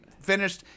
finished